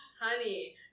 honey